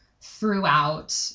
throughout